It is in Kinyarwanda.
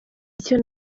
icyo